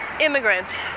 immigrants